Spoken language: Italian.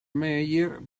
meyer